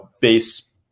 base